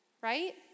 Right